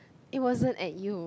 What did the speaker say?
it wasn't at you